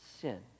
sin